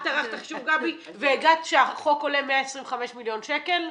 את ערכת את החישוב והגעת לכך שהחוק עולה 125 מיליון שקל?